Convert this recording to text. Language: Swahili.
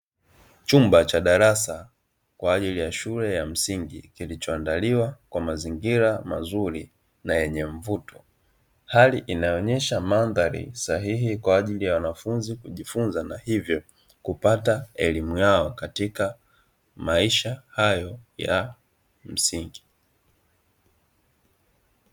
Chumba cha darasa kwa ajili ya shule ya msingi, kilichoandaliwa kwa mazingira mazuri na yenye mvuto, hali inayoonyesha mandhari sahihi kwa ajili ya wanafunzi kujifunza na hivyo kupata elimu yao katika maisha hayo ya msingi.